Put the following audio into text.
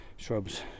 Shrubs